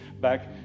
back